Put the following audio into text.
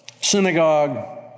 synagogue